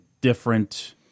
different